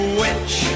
witch